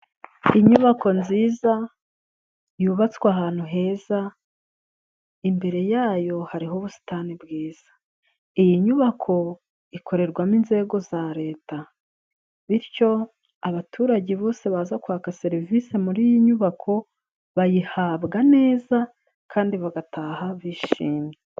Inyubako nziza yubatswe ahantu heza imbere yayo hari ho ubusitani bwiza, iyi nyubako ikorerwamo inzego za leta bityo abaturage bose baza kwaka serivisi muri iyi nyubako, bayihabwa neza kandi bagataha bishimye.